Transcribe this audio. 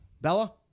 Bella